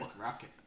Rocket